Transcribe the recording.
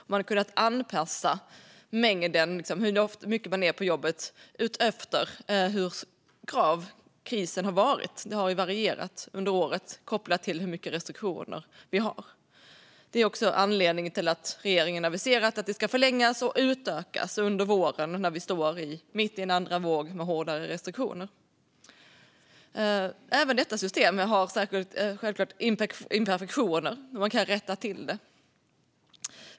Man har kunnat anpassa hur mycket de anställda är på jobbet efter hur krisen har varit. Det har varierat under året kopplat till hur mycket restriktioner vi har haft. Det är också anledningen till att regeringen har aviserat att det ska förlängas och utökas under våren när vi står mitt i en andra våg med hårdare restriktioner. Det är säkert så att inte heller detta system är perfekt utan att man kan rätta till det.